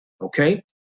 Okay